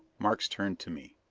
markes turned to me.